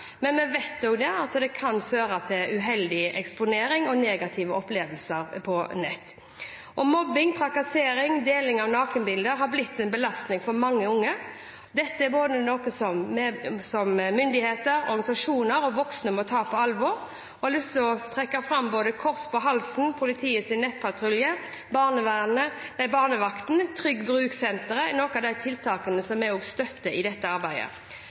Men vi vet også at det kan føre til uheldig eksponering og negative opplevelser på nett. Mobbing, trakassering og deling av nakenbilder har blitt en belastning for mange unge. Dette er noe både myndigheter, organisasjoner og voksne må ta på alvor. Jeg vil trekke fram både Kors på halsen, Politiets nettpatrulje, Barnevakten og Trygg bruk-senteret. Det er noen av de tiltakene som vi også støtter i dette arbeidet.